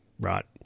right